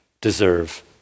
deserve